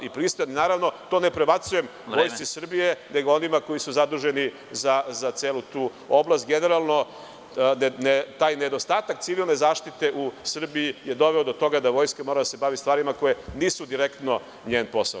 Naravno, to ne prebacujem Vojsci Srbije, nego onima koji su zaduženi za celu tu oblast, generalno, taj nedostatak civilne zaštite u Srbiji je doveo do toga da vojska mora da se bavi stvarima koje nisu direktno njen posao.